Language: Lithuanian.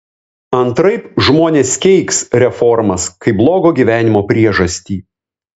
antraip žmonės keiks reformas kaip blogo gyvenimo priežastį